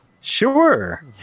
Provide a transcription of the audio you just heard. Sure